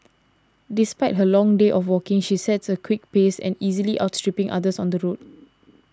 despite her long day of walking she sets a quick pace and easily outstripping others on the road